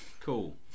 cool